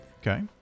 Okay